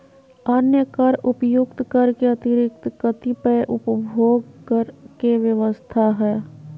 अन्य कर उपर्युक्त कर के अतिरिक्त कतिपय उपभोग कर के व्यवस्था ह